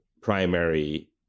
primary